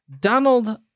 Donald